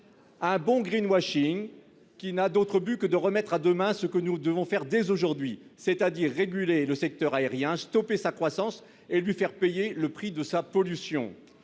Encore un bon qui n'a d'autre objectif que de remettre à demain ce que nous devons faire dès aujourd'hui, c'est-à-dire réguler le secteur aérien, stopper sa croissance et lui faire payer le prix de sa pollution.